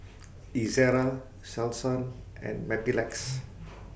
Ezerra Selsun and Mepilex